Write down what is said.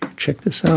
check this